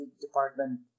department